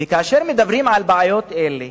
וכאשר מדברים על בעיות אלה,